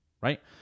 right